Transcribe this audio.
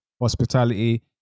hospitality